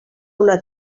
una